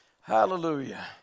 Hallelujah